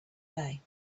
day